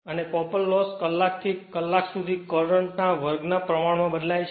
અને copper loss કલાક થી કલાક સુધી લોડ કરંટ ના વર્ગ ના પ્રમાણ માં બદલાય છે